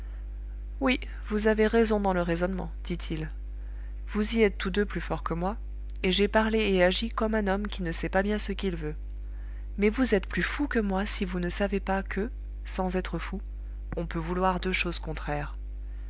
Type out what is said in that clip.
oui vous avez raison dans le raisonnement dit-il vous y êtes tous deux plus forts que moi et j'ai parlé et agi comme un homme qui ne sait pas bien ce qu'il veut mais vous êtes plus fous que moi si vous ne savez pas que sans être fou on peut vouloir deux choses contraires